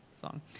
Song